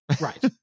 Right